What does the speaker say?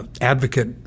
advocate